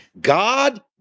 God